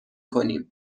کنیم